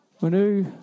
Manu